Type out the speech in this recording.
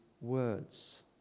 words